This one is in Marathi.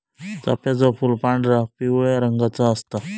चाफ्याचा फूल पांढरा, पिवळ्या रंगाचा असता